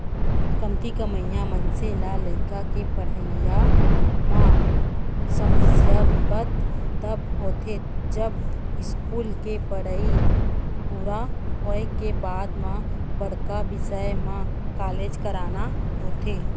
कमती कमइया मनसे ल लइका के पड़हई म समस्या बिपत तब होथे जब इस्कूल के पड़हई पूरा होए के बाद म बड़का बिसय म कॉलेज कराना होथे